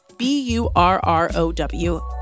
B-U-R-R-O-W